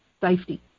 safety